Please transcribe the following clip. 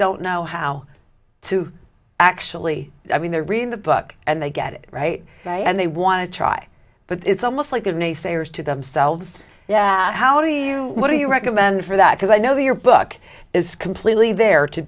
don't know how to actually i mean they're reading the book and they get it right and they want to try but it's almost like the naysayers to themselves yeah how do you what do you recommend for that because i know your book is completely there to